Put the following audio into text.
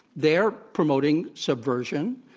they're promoting subversion.